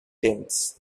tins